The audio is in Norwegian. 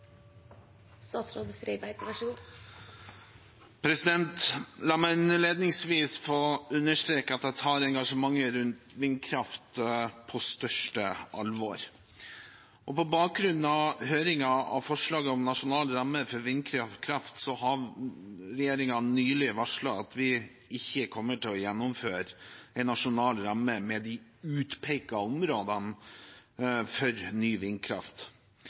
La meg innledningsvis få understreke at jeg tar engasjementet rundt vindkraft på største alvor. På bakgrunn av høringen av forslaget om nasjonal ramme for vindkraft har regjeringen nylig varslet at vi ikke kommer til å gjennomføre en nasjonal ramme med de utpekte områdene for ny vindkraft.